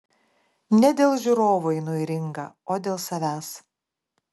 ne dėl žiūrovų einu į ringą o dėl savęs